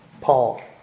Paul